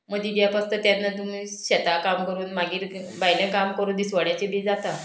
मदीं गॅप आसता तेन्ना तुमी शेतां काम करून मागीर भायलें काम करून दिसवाड्याचें बी जाता